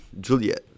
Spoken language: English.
Juliet